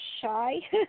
shy